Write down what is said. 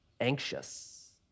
anxious